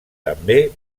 també